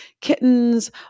kittens